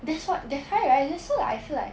that's what that's why right so like I feel like